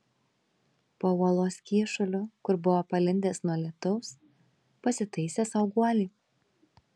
po uolos kyšuliu kur buvo palindęs nuo lietaus pasitaisė sau guolį